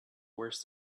worse